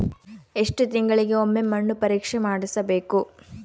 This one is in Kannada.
ಎಷ್ಟು ತಿಂಗಳಿಗೆ ಒಮ್ಮೆ ಮಣ್ಣು ಪರೇಕ್ಷೆ ಮಾಡಿಸಬೇಕು?